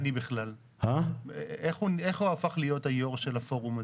איך הוא הפך להיות היו"ר של הפורום הזה?